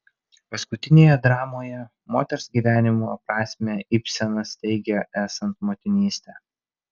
paskutinėje dramoje moters gyvenimo prasmę ibsenas teigia esant motinystę